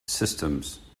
systems